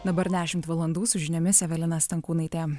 dabar dešimt valandų su žiniomis evelina stankūnaitė